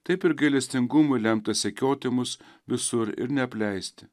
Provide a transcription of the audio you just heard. taip ir gailestingumui lemta sekioti mus visur ir neapleisti